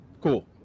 Cool